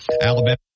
Alabama